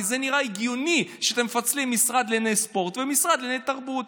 כי זה נראה הגיוני שאתם מפצלים משרד לענייני ספורט ומשרד לענייני תרבות.